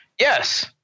yes